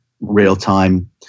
real-time